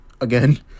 again